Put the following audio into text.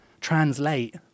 translate